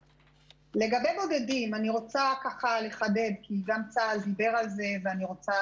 לגבי הבודדים אני רוצה לחדד כי גם צה"ל דיבר עליהם.